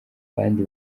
abandi